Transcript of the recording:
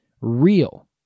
real